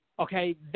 Okay